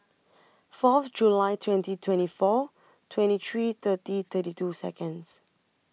Fourth July twenty twenty four twenty three thirty thirty two Seconds